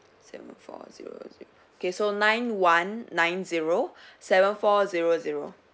seven four zero zero okay so nine one nine zero seven four zero zero